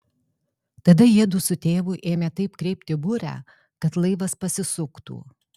tada jiedu su tėvu ėmė taip kreipti burę kad laivas pasisuktų